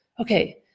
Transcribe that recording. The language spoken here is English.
okay